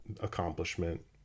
accomplishment